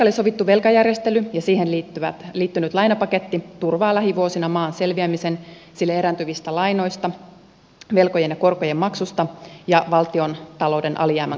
kreikalle sovittu velkajärjestely ja siihen liittynyt lainapaketti turvaa lähivuosina maan selviämisen sille erääntyvistä lainoista velkojen ja korkojen maksusta ja valtiontalouden alijäämän kattamisesta